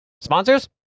Sponsors